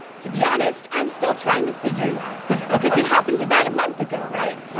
to be honest, i'm still trying to figure it out cause it happens about a month ago, right?